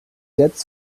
jetzt